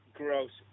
gross